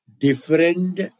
different